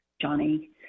johnny